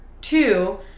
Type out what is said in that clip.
two